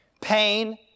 Pain